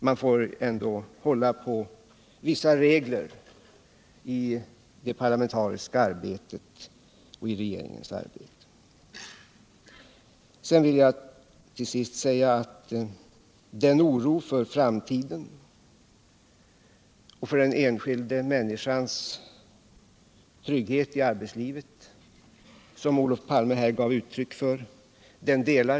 Man får ändå lov att hålla på vissa regler i det parlamentariska arbetet och i regeringens arbete. Jag vill till sist säga att jag delar den oro för framtiden och för den enskilda människans trygghet i arbetslivet som Olof Palme här gav uttryck för.